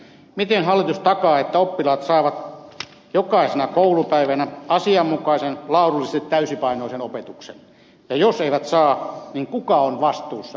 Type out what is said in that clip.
miten hallitus kehysneuvotteluissa että oppilaat saavat jokaisena koulupäivänä asianmukaisen laadullisesti täysipainoisen opetuksen ja jos eivät saa joka on vastuussa